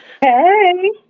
hey